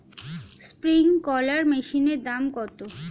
Sprinkler মেশিনের দাম কত?